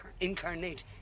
incarnate